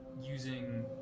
using